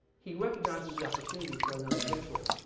he recognizes the opportunity for another ritual.